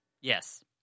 Yes